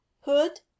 Hood